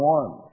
one